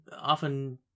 often